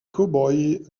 cowboys